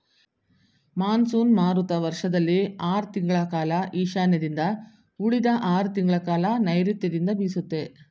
monsoon ಮಾರುತ ವರ್ಷದಲ್ಲಿ ಆರ್ ತಿಂಗಳ ಕಾಲ ಈಶಾನ್ಯದಿಂದ ಉಳಿದ ಆರ್ ತಿಂಗಳಕಾಲ ನೈರುತ್ಯದಿಂದ ಬೀಸುತ್ತೆ